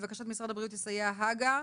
לבקשת משרד הבריאות יסייע הג"א.